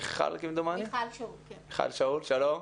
מיכל שאול, שלום.